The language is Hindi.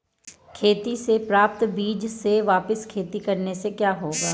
खेती से प्राप्त बीज से वापिस खेती करने से क्या होगा?